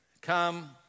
come